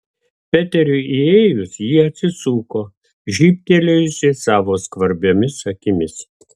peteriui įėjus ji atsisuko žybtelėjusi savo skvarbiomis akimis